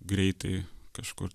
greitai kažkur